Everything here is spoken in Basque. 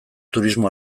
turismo